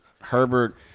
Herbert